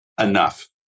enough